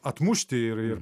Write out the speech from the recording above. atmušti ir ir